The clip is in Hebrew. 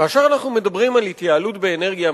כאשר אנחנו מדברים על התייעלות באנרגיה,